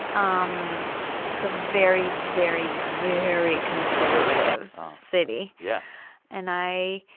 um it's a very, very, very conservative city yeah and i